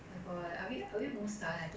what else can we talk